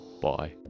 Bye